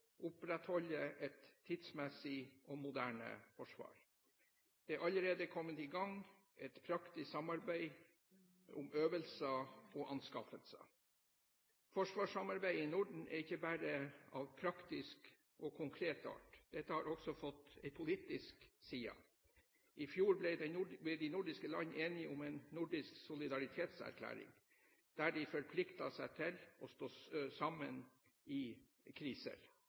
opprettholde et tidsmessig og moderne forsvar. Det er allerede kommet i gang et praktisk samarbeid om øvelser og anskaffelser. Forsvarssamarbeidet i Norden er ikke bare av praktisk og konkret art. Dette har også fått en politisk side. I fjor ble de nordiske land enige om en nordisk solidaritetserklæring der de forpliktet seg til å stå sammen i kriser.